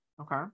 okay